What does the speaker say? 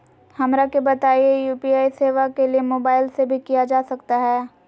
हमरा के बताइए यू.पी.आई सेवा के लिए मोबाइल से भी किया जा सकता है?